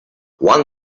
one